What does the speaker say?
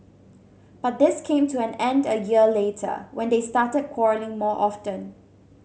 but this came to an end a year later when they started quarrelling more often